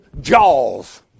jaws